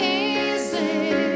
easy